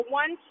one